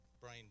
brain